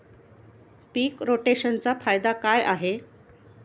पीक रोटेशनचा फायदा काय आहे?